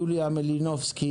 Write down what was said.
יוליה מלינובסקי,